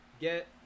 Get